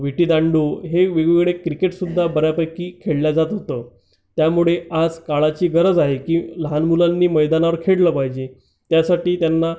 विटीदांडू हे वेगवेगळे क्रिकेटसुद्धा बऱ्यापैकी खेळलं जात होतं त्यामुळे आज काळाची गरज आहे की लहान मुलांनी मैदानावर खेळलं पाहिजे त्यासाठी त्यांना